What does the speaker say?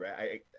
right